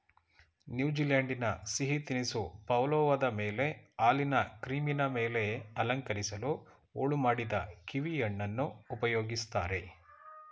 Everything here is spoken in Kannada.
ನ್ಯೂಜಿಲೆಂಡಿನ ಸಿಹಿ ತಿನಿಸು ಪವ್ಲೋವದ ಮೇಲೆ ಹಾಲಿನ ಕ್ರೀಮಿನ ಮೇಲೆ ಅಲಂಕರಿಸಲು ಹೋಳು ಮಾಡಿದ ಕೀವಿಹಣ್ಣನ್ನು ಉಪಯೋಗಿಸ್ತಾರೆ